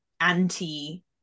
anti